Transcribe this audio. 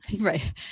Right